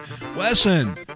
Wesson